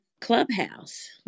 Clubhouse